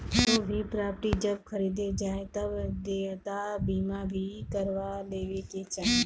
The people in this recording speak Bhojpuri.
कवनो भी प्रापर्टी जब खरीदे जाए तअ देयता बीमा भी करवा लेवे के चाही